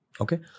Okay